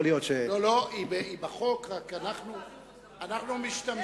לא, היא בחוק, רק אנחנו משתמשים,